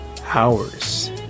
hours